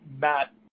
Matt